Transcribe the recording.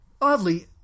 Oddly